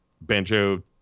banjo